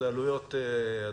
אלה עלויות אדירות.